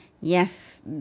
Yes